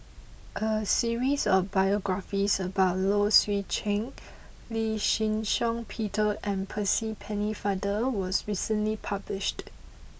a series of biographies about Low Swee Chen Lee Shih Shiong Peter and Percy Pennefather was recently published